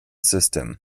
system